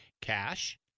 Cash